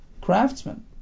craftsman